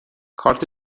کارت